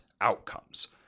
outcomes